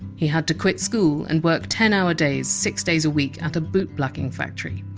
had to quit school and work ten hour days, six days a week at a boot-blacking factory.